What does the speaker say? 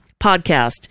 podcast